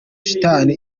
shitani